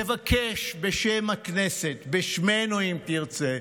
תבקש בשם הכנסת, בשמנו, אם תרצה,